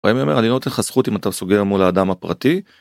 אני לא אתן לך זכות אם אתה סוגר מול האדם הפרטי.